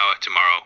tomorrow